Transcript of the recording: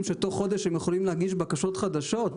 שבתוך חודש הם יכולים להגיש בקשות חדשות?